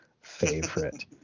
favorite